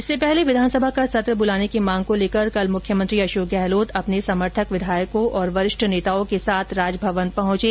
इससे पहले विधानसभा का सत्र बुलाने की मांग को लेकर कल मुख्यमंत्री अशोक गहलोत अपने समर्थक विधायकों और वरिष्ठ नेताओं के साथ राजभवन पहंचे